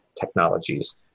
technologies